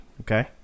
Okay